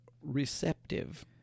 receptive